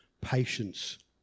patience